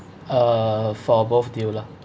uh for both deal lah